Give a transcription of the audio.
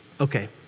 Okay